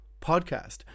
podcast